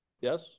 Yes